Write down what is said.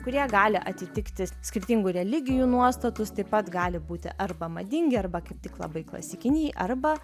kurie gali atitikti skirtingų religijų nuostatus taip pat gali būti arba madingi arba kaip tik labai klasikiniai arba